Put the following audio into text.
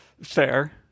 Fair